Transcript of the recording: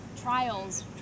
trials